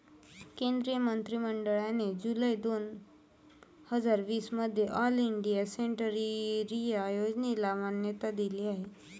केंद्रीय मंत्रि मंडळाने जुलै दोन हजार वीस मध्ये ऑल इंडिया सेंट्रल एरिया योजनेला मान्यता दिली आहे